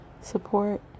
support